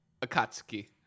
Akatsuki